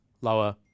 lower